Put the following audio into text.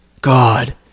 god